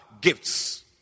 gifts